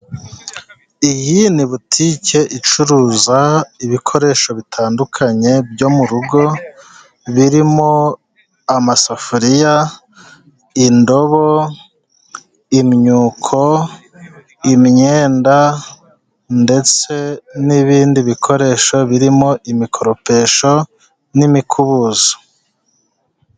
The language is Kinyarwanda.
Iyi ni butike icuruza ibikoresho bitandukanye byo mu rugo, birimo amasafuriya, indobo, imyuko, imyenda ndetse n'ibindi bikoresho birimo imikoropesho n'imikubuzo.